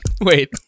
Wait